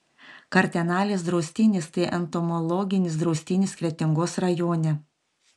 kartenalės draustinis tai entomologinis draustinis kretingos rajone